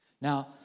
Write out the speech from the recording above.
Now